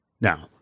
Now